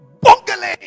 bungling